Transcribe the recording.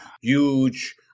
huge